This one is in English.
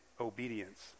obedience